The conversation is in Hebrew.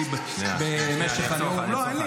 --- לא נורא, במקום להיות מפלגת חזון,